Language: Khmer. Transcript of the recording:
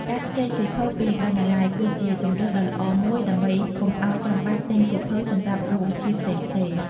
ការខ្ចីសៀវភៅពីបណ្ណាល័យគឺជាជម្រើសដ៏ល្អមួយដើម្បីកុំឱ្យចាំបាច់ទិញសៀវភៅសម្រាប់មុខវិជ្ជាផ្សេងៗ។